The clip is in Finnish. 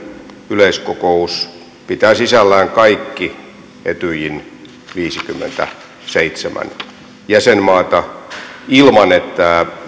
yleiskokous pitää sisällään kaikki etyjin viisikymmentäseitsemän jäsenmaata ilman että